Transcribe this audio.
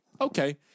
okay